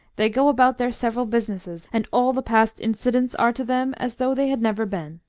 they go about their several businesses, and all the past incidents are to them as though they had never been.